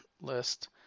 list